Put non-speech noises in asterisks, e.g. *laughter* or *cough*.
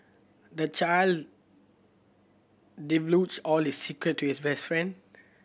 the child *unintelligible* all his secret to his best friend